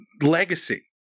legacy